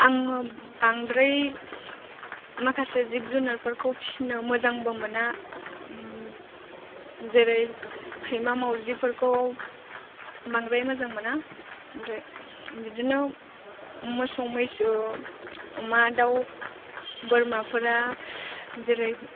आङो बांद्राय माखासे जिब जुनारफोरखौ फिसिनो मोजांबो मोना जेरै सैमा मावजिफोरखौ बांद्राय मोजां मोना ओमफ्राय बिदिनो मोसौ मैसो अमा दाव बोरमाफोरा अमा दाव बोरमाफोरा जेरै